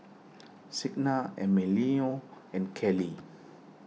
Signa Emilio and Kelli